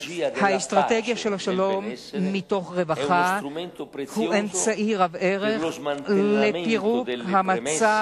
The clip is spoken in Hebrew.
האסטרטגיה של השלום מתוך רווחה היא אמצעי רב ערך לפירוק המצע